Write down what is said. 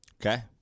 Okay